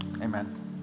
amen